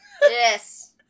Yes